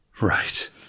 right